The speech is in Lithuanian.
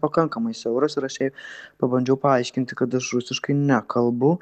pakankamai siauras ir aš jai pabandžiau paaiškinti kad aš rusiškai nekalbu